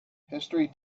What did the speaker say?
history